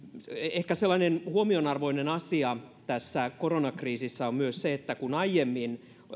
ehkä sellainen huomionarvoinen asia tässä koronakriisissä on myös se että kun aiemmin